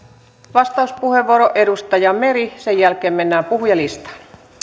vastauspuheenvuoro edustaja meri sen jälkeen mennään puhujalistaan